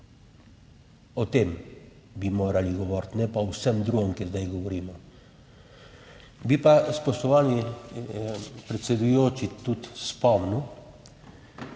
O tem bi morali govoriti, ne pa o vsem drugem, ki zdaj govorimo. Bi pa, spoštovani predsedujoči, tudi spomnil,